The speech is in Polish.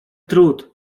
trud